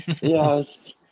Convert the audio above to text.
Yes